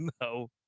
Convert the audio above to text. No